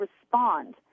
respond